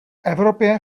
evropě